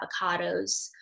avocados